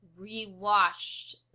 rewatched